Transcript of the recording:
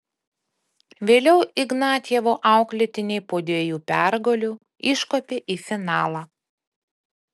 vėliau ignatjevo auklėtiniai po dviejų pergalių iškopė į finalą